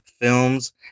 films